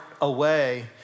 away